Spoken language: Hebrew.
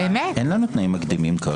אין לנו תנאים מקדימים.